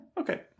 Okay